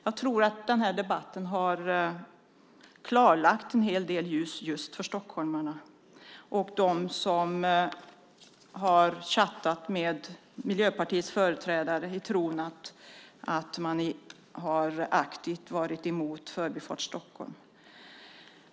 Jag tror att debatten har klarlagt en del och spritt ljus just för stockholmarna och för dem som har chattat med Miljöpartiets företrädare i tron att de aktivt har varit emot Förbifart Stockholm.